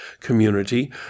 community